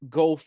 go